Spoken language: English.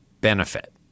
benefit